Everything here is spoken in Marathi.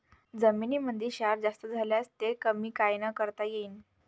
जमीनीमंदी क्षार जास्त झाल्यास ते कमी कायनं करता येईन?